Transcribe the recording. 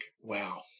wow